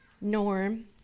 Norm